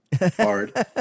Hard